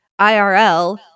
IRL